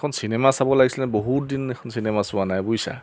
এখন চিনেমা চাব লাগিছিলে বহুত দিন এখন চিনেমা চোৱা নাই বুজিছা